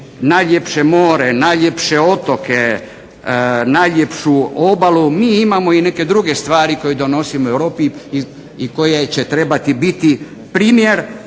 najljepše more, najljepše otoke, najljepšu obalu mi imamo i neke druge stvari koje donosimo Europi i koje će trebati biti primjer